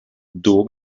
duu